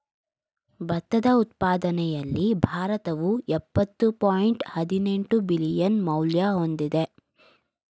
ಭತ್ತದ ಉತ್ಪಾದನೆಯಲ್ಲಿ ಭಾರತವು ಯಪ್ಪತ್ತು ಪಾಯಿಂಟ್ ಹದಿನೆಂಟು ಬಿಲಿಯನ್ ಮೌಲ್ಯ ಹೊಂದಿದೆ